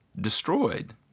destroyed